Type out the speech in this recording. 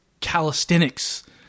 calisthenics